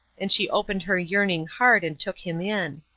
and she opened her yearning heart and took him in.